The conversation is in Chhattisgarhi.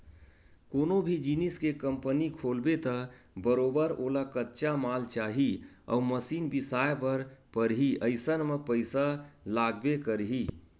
कोनो भी जिनिस के कंपनी खोलबे त बरोबर ओला कच्चा माल चाही अउ मसीन बिसाए बर परही अइसन म पइसा लागबे करही